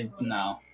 No